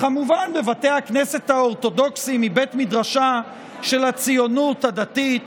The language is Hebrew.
וכמובן בבתי הכנסת האורתודוקסיים מבית מדרשה של הציונות הדתית,